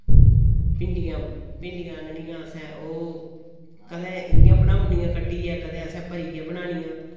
भिंडियां भिंडियां आह्ननियां असैं ओह् कदै इय्यां बनाऊनियां कट्टियै कदे असैं भरियै बनानियां